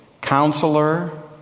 Counselor